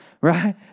right